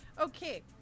Okay